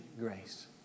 grace